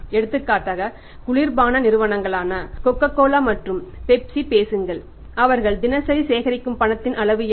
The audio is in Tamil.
எடுத்துக்காட்டாக குளிர் பான நிறுவனங்களான கோகோகோலா மற்றும் பெப்சி பற்றி பேசுங்கள் அவர்கள் தினசரி சேகரிக்கும் பணத்தின் அளவு என்ன